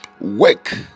work